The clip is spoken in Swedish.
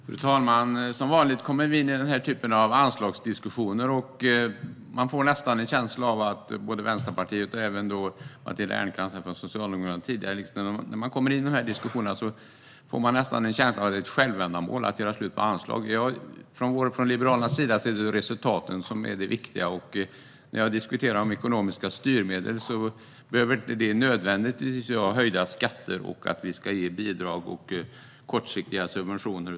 Fru talman! Som vanligt kommer vi in på den här typen av anslagsdiskussioner. Man får nästan en känsla av att man från Vänsterpartiet, och tidigare Matilda Ernkrans från Socialdemokraterna, tycker att det är ett självändamål att göra slut på anslag. Från Liberalernas sida är det resultaten som är det viktiga. När jag diskuterar ekonomiska styrmedel behöver det inte nödvändigtvis vara höjda skatter och att vi ska ge bidrag och kortsiktiga subventioner.